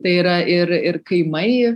tai yra ir ir kaimai